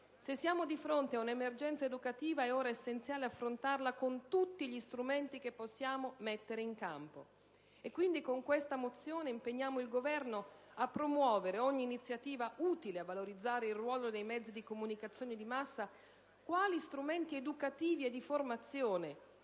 siamo di fronte ad un'emergenza educativa, è allora essenziale affrontarla con tutti gli strumenti che possiamo mettere in campo. Con questa mozione impegniamo quindi il Governo a promuovere ogni iniziativa utile a valorizzare il ruolo dei mezzi di comunicazione di massa quali strumenti educativi e di formazione,